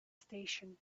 station